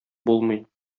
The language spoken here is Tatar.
булмый